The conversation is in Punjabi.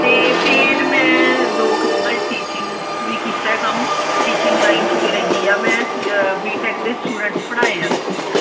ਅਤੇ ਫੇਰ ਮੈਂ ਦੋ ਕੁ ਸਾਲ ਟੀਚਿੰਗ 'ਚ ਵੀ ਕੀਤਾ ਹੈ ਕੰਮ ਟੀਚਿੰਗ ਲਾਈਨ ' ਚ ਵੀ ਰਹੀ ਆ ਮੈਂ ਸ ਅ ਬੀ ਟੈਕ ਦੇ ਸਟੂਡੈਂਟਸ ਪੜ੍ਹਾਏ ਨੇ ਜੀ